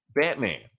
batman